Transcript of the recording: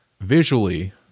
Visually